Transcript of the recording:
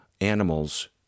animals